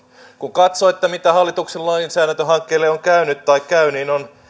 kun katsoo mitä hallituksen lainsäädäntöhankkeille on käynyt tai käy niin on